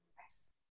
yes